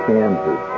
Kansas